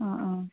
ആ ആ